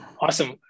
Awesome